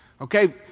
Okay